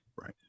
Right